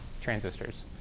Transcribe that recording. transistors